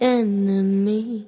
enemy